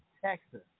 Texas